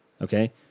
Okay